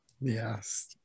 Yes